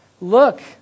Look